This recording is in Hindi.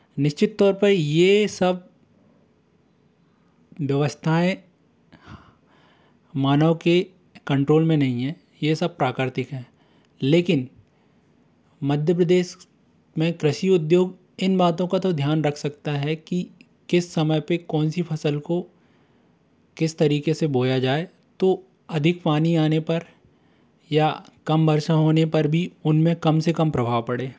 निश्चित तौर पर ये सब व्यवस्थाएँ मानव के कंट्रोल में नहीं हैं ये सब प्राकृतिक हैं लेकिन मध्य प्रदेश में कृषि उद्योग इन बातों का तो ध्यान रख सकता है कि किस समय पे कौन सी फ़सल को किस तरीक़े से बोया जाए तो अधिक पानी आने पर या कम वर्षा होने पर भी उन में कम से कम प्रभाव पड़े